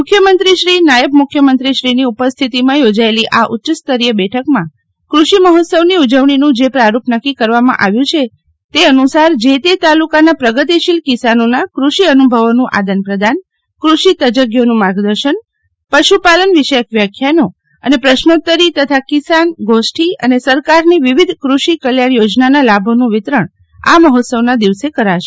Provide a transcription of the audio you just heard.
મુખ્યમંત્રીશ્રી નાયબ મુખ્યમંત્રીશ્રીની ઉપસ્થિતિમાં યોજાયેલી આ ઉચ્ચસ્તરીય બેઠકમાં કૃષિ મહોત્સવની ઉજવણીનું જે પ્રારૂપ નક્કી કરવામાં આવ્યું છે તે અનુસાર જે તે તાલુકાના પ્રગતિશીલ કિસાનોના કૃષિ અનુભવોનું આદાન પ્રદાન કૃષિ તજજ્ઞોનું માર્ગદર્શન પશુપાલન વિષયક વ્યાખ્યાનો અને પ્રશ્રોત્તરી તથા કિસાન ગોષ્ઠિ અને સરકારની વિવિધ કૃષિ કલ્યાણ યોજનાના લાભોનું વિતરણ આ મહોત્સવના દિવસે કરાશે